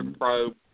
probe